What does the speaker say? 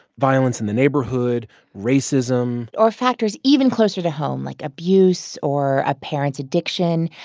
violence in the neighborhood racism or factors even closer to home like abuse or a parent's addiction.